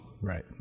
Right